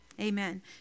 Amen